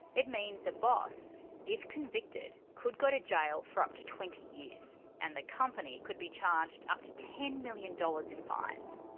it means a boss if convicted could go to jail for up to twenty years and the company could be charged up to ten million dollars in fines.